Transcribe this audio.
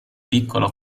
piccolo